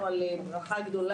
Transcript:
לאפרת רייטן,